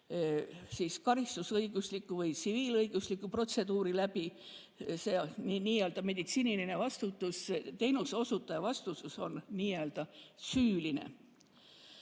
karistusõigusliku või tsiviilõigusliku protseduuri kaudu, see meditsiiniline vastutus, teenuse osutaja vastutus on nii-öelda süüline.